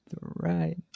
Right